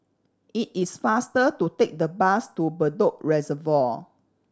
it is faster to take the bus to Bedok Reservoir